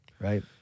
Right